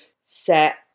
set